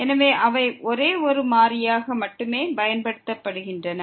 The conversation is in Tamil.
எனவே அவை ஒரே ஒரு மாறியாக மட்டுமே பயன்படுத்தப்படுகின்றன